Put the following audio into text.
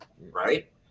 right